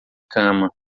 cama